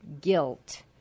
guilt